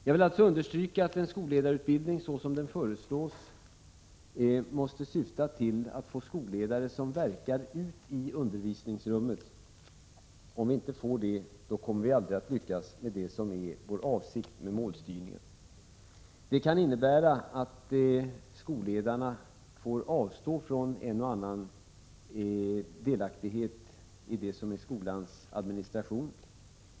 Jag vill alltså understryka att en skolledarutbildning, såsom den föreslås, måste syfta till att få skolledare som verkar ute i undervisningsrummet. Om vi inte får det kommer vi aldrig att lyckas med det som är vår avsikt med målstyrningen. Detta kan innebära att skolledarna får avstå från delaktighet i ett och annat i skolans administration.